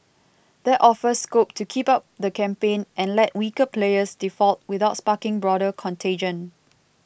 that offers scope to keep up the campaign and let weaker players default without sparking broader contagion